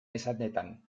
esanetan